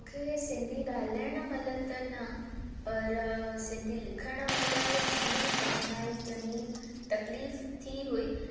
मूंखे सिंधी ॻाल्हाइण महिल त न पर सिंधी लिखण महिल चङी कठिनाई चङी तकलीफ़ थी हुई